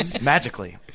magically